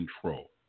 control